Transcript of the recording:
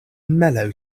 mellow